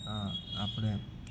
આ આપણે